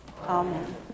Amen